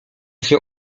się